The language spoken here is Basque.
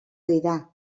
dira